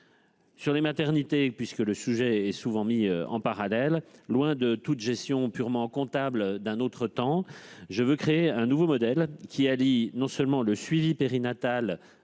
Sur les maternités- le sujet est souvent mis en parallèle -, loin de toute gestion purement comptable d'un autre temps, je veux créer un nouveau modèle qui non seulement allie suivi périnatal